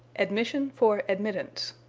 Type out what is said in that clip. admission for admittance.